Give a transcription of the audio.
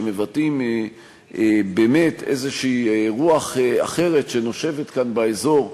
שמבטאים באמת איזו רוח אחרת שנושבת כאן באזור,